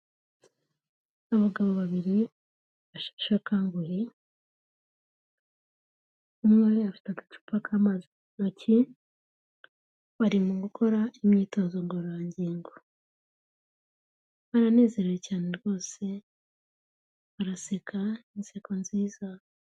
Abagabo babiri basheshe akanguhe, umwe afite agacupa k'amazi mu ntoki, bari mu gukora imyitozo ngororangingo, baranezerewe cyane rwose baraseka inseko nziza